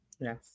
Yes